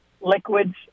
liquids